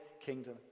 kingdom